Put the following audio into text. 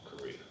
Korea